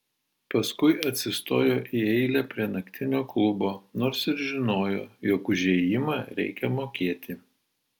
paskui atsistojo į eilę prie naktinio klubo nors ir žinojo jog už įėjimą reikia mokėti